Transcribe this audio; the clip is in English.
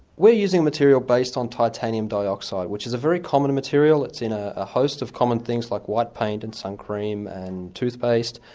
we're using a material based on titanium dioxide which is a very common material that's in ah a host of common things like white paint, and sun cream and toothpaste.